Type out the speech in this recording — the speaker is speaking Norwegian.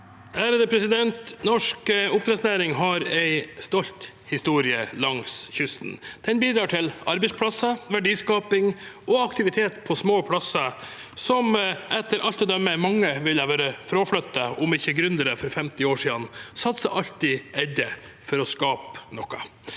Norsk opp- drettsnæring har en stolt historie langs kysten. Den bidrar til arbeidsplasser, verdiskaping og aktivitet på små plasser som etter alt å dømme ville være fraflyttet om ikke gründere for 50 år siden satset alt de eide for å skape noe.